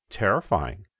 terrifying